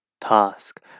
task